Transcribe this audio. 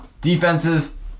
Defenses